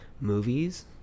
movies